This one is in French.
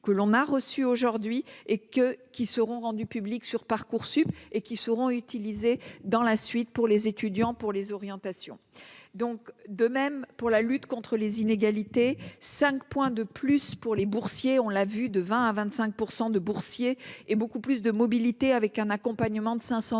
que l'on a reçu aujourd'hui et que qui seront rendus publics sur Parcoursup et qui seront utilisées dans la suite pour les étudiants pour les orientations donc de même pour la lutte contre les inégalités, 5 points de plus pour les boursiers, on l'a vu, de 20 à 25 pour 100 de boursiers et beaucoup plus de mobilité avec un accompagnement de 500 euros